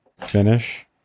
finish